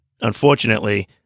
unfortunately